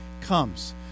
comes